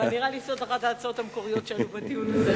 נראה לי שזו אחת ההצעות המקוריות שהיו בדיון הזה,